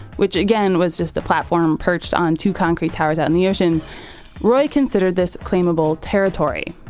which again was just a platform perched on two concrete towers out in the ocean roy considered this claimable territory.